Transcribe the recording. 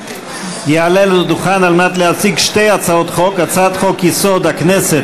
יעלה לדוכן על מנת להציג שתי הצעות חוק: הצעת חוק-יסוד: הכנסת